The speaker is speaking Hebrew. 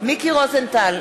מיקי רוזנטל,